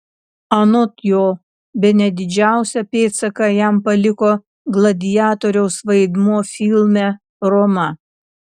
anot jo bene didžiausią pėdsaką jam paliko gladiatoriaus vaidmuo filme roma